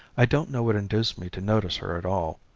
i don't know what induced me to notice her at all.